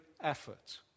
effort